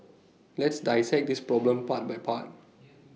let's dissect this problem part by part